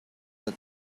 that